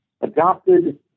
adopted